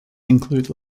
include